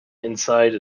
inside